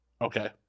Okay